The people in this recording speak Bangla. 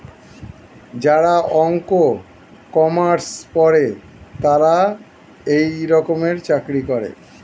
যারা অঙ্ক, কমার্স পরে তারা এই রকমের চাকরি করে